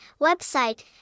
website